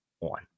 on